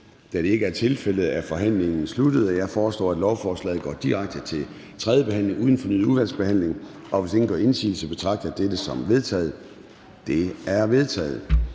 Da det ikke er tilfældet, er forhandlingen sluttet. Jeg foreslår, at lovforslaget går direkte til tredje behandling uden fornyet udvalgsbehandling. Hvis ingen gør indsigelse, betragter jeg dette som vedtaget. Det er vedtaget.